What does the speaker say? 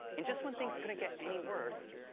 and just when things couldn't get any worse,